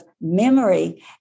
memory